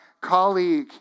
colleague